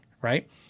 right